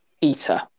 eater